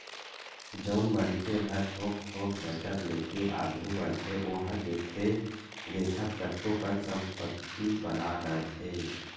जउन मनखे ह थोक थोक बचत लेके आघू बड़थे ओहा देखथे देखत कतको कन संपत्ति बना डरथे